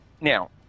now